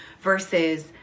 versus